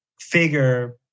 figure